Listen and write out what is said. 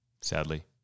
sadly